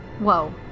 Whoa